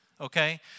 Okay